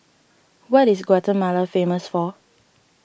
what is Guatemala famous for